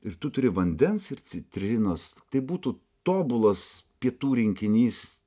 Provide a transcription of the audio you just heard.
ir tu turi vandens ir citrinos tai būtų tobulas pietų rinkinys